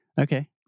Okay